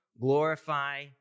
Glorify